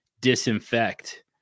disinfect